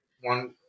one